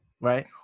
Right